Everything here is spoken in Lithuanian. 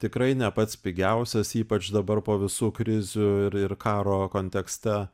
tikrai ne pats pigiausias ypač dabar po visų krizių ir ir karo kontekste